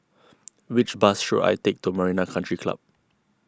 which bus should I take to Marina Country Club